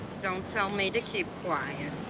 don't tell me to keep quiet.